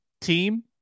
team